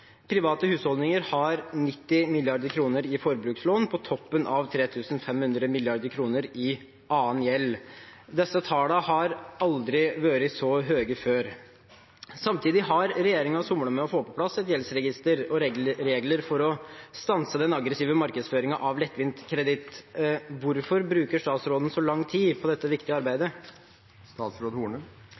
Private husholdninger har 90 mrd. kr i forbrukslån, på toppen av 3 500 mrd. kr i annen gjeld. Disse tallene har aldri vært så høye før. Samtidig har regjeringen somlet med å få på plass et gjeldsregister og regler for å stanse den aggressive markedsføringen av lettvint kreditt. Hvorfor bruker statsråden så lang tid på dette viktige arbeidet?»